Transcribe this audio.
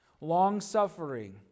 long-suffering